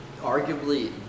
arguably